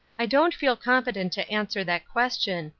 i don't feel competent to answer that question,